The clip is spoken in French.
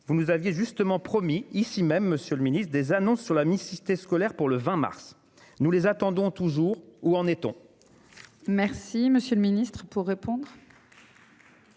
vous nous aviez justement promis ici même, Monsieur le Ministre des annonces sur la mixité scolaire pour le 20 mars. Nous les attendons toujours. Où en est-on. Merci Monsieur le Ministre pour répondre.